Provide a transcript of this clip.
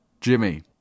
Jimmy